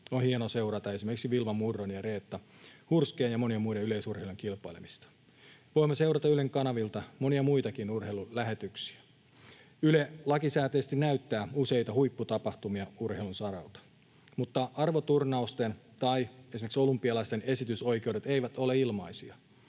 On hienoa seurata esimerkiksi Wilma Murron, Reetta Hurskeen ja monien muiden yleisurheilijoiden kilpailemista. Voimme seurata Ylen kanavilta monia muitakin urheilulähetyksiä. Yle näyttää lakisääteisesti useita huipputapahtumia urheilun saralta, mutta arvoturnausten tai esimerkiksi olympialaisten esitysoikeudet eivät ole ilmaisia.